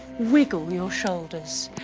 wiggle your shoulders